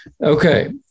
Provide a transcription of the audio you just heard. Okay